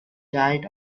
diet